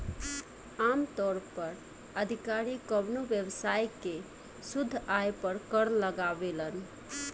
आमतौर पर अधिकारी कवनो व्यवसाय के शुद्ध आय पर कर लगावेलन